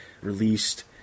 released